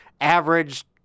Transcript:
averaged